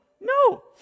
No